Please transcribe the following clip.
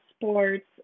sports